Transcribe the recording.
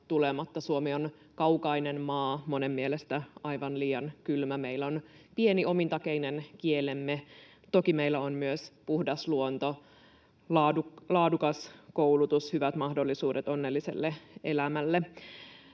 Suomi on kaukainen maa, monen mielestä aivan liian kylmä, meillä on pieni omintakeinen kielemme. Toki meillä on myös puhdas luonto, laadukas koulutus, hyvät mahdollisuudet onnelliselle elämälle,